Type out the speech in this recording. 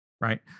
Right